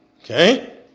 Okay